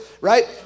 right